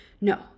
No